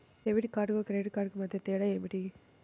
Debit కార్డుకు credit కార్డుకు మధ్య తేడా ఏమిటీ?